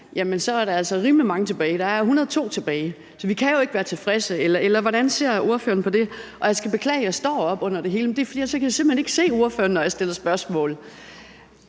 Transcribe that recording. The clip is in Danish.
tilstand, er der altså rimelig mange tilbage. Der er 102 tilbage. Så vi kan jo ikke være tilfredse, eller hvordan ser ordføreren på det? Jeg skal beklage, at jeg står op under det hele, men det er, fordi jeg ellers simpelt hen ikke kan se ordføreren, når jeg stiller spørgsmål.